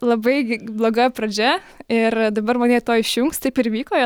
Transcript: labai bloga pradžia ir dabar mane tuoj išjungs taip ir įvyko